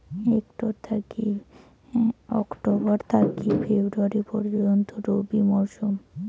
October থাকি ফেব্রুয়ারি পর্যন্ত রবি মৌসুম